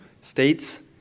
states